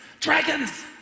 dragons